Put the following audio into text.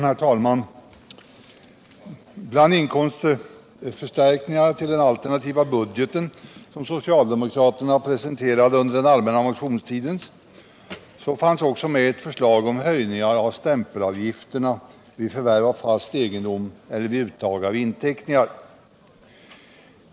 Herr talman! Bland inkomstförstirkningarna till den alternativa budget som socialdemokraterna presenterade under den allmänna motionstiden fanns också med ett förslag om höjningar av stämpelavgifterna vid förvärv av fast egendom eller vid uttag av inteckringar.